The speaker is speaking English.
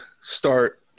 start